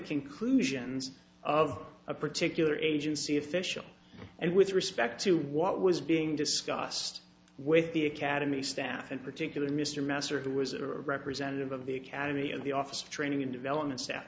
conclusions of a particular agency official and with respect to what was being discussed with the academy staff in particular mr meserve who was a representative of the academy and the office training and development staff